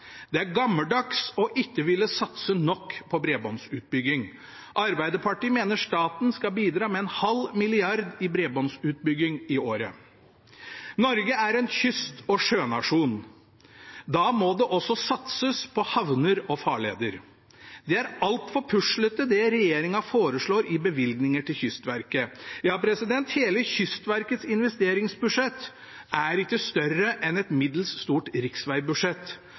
Det er gammeldags ikke å ville satse nok på bredbåndsutbygging. Arbeiderpartiet mener staten skal bidra med 0,5 mrd. kr i året i bredbåndsutbygging. Norge er en kyst- og sjønasjon. Da må det også satses på havner og farleder. Det er altfor puslete, det regjeringen foreslår i bevilgninger til Kystverket. Ja, hele Kystverkets investeringsbudsjett er ikke større enn et middels stort